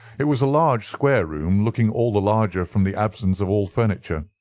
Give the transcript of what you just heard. it was a large square room, looking all the larger from the absence of all furniture.